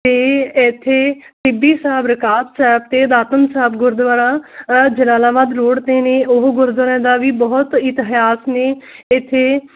ਤੇ ਇਥੇ ਬੀਬੀ ਸਾਹਿਬ ਰਿਕਾਬ ਸਾਹਿਬ ਤੇ ਦਾਤਨ ਸਾਹਿਬ ਗੁਰਦੁਆਰਾ ਜਲਾਲਾਬਾਦ ਰੋਡ ਤੇ ਨੇ ਉਹ ਗੁਰਦੁਆਰਿਆਂ ਦਾ ਵੀ ਬਹੁਤ ਇਤਿਹਾਸ ਨੇ ਇੱਥੇ